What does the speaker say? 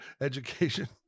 education